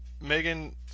Megan